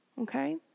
Okay